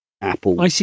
Apple